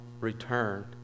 returned